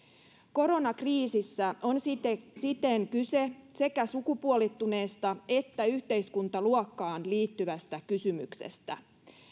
koronakriisissä on siten siten kyse sekä sukupuolittuneesta että yhteiskuntaluokkaan liittyvästä kysymyksestä